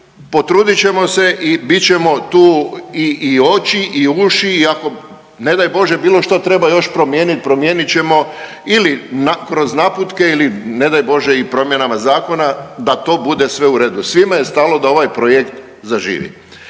potrudit ćemo se i bit ćemo tu i oči i uši i ako ne daj bože bilo što treba još promijenit, promijenit ćemo ili kroz naputke ili ne daj Bože i promjenama zakona da to bude sve u redu. Svima je stalo da ovaj projekt zaživi.